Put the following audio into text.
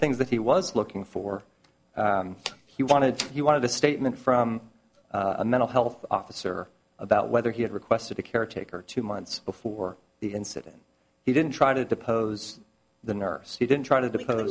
things that he was looking for he wanted he wanted a statement from a mental health officer about whether he had requested a caretaker two months before the incident he didn't try to depose the nurse he didn't try to depose